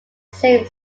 same